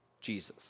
Jesus